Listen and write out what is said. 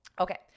Okay